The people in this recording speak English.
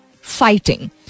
fighting